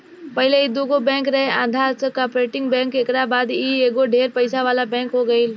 पहिले ई दुगो बैंक रहे आंध्रा आ कॉर्पोरेट बैंक एकरा बाद ई एगो ढेर पइसा वाला बैंक हो गईल